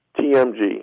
TMG